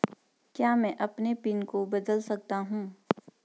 क्या मैं अपने पिन को बदल सकता हूँ?